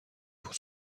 pour